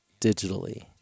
digitally